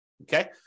Okay